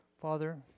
Father